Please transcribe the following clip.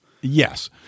Yes